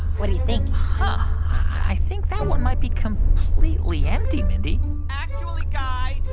what do you think? huh. i think that one might be completely empty, mindy actually, guy,